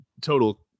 total